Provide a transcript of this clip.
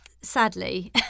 sadly